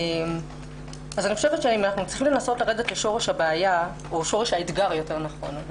אם אנחנו צריכים לרדת לשורש האתגר אם